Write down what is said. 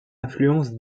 influence